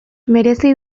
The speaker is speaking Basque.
merezi